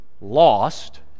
lost